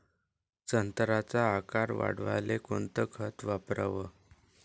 संत्र्याचा आकार वाढवाले कोणतं खत वापराव?